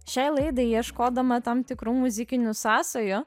šiai laidai ieškodama tam tikrų muzikinių sąsajų